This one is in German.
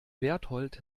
bertold